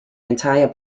entire